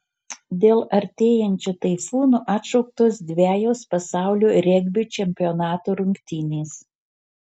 dėl artėjančio taifūno atšauktos dvejos pasaulio regbio čempionato rungtynės